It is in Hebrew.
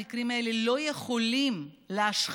המקרים האלה לא יכולים להשחיר,